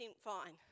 fine